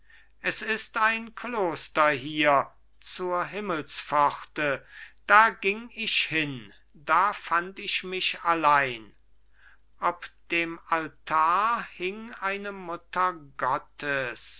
es ist ein kloster hier zur himmelspforte da ging ich hin da fand ich mich allein ob dem altar hing eine mutter gottes